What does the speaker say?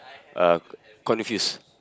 uh confused